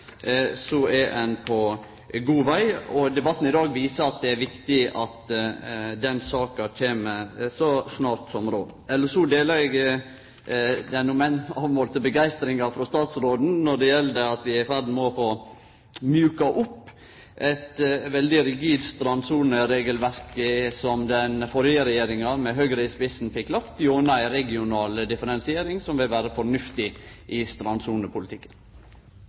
er ein på god veg. Debatten i dag viser at det er viktig at den saka kjem så snart som råd. Elles deler eg den om enn avmålte begeistringa frå statsråden når det gjeld at vi er i ferd med å få mjuka opp eit veldig rigid strandsoneregelverk, som den førre regjeringa, med Høgre i spissen, fekk lagt, til ei meir regional differansiering som vil vere fornuftig i strandsonepolitikken.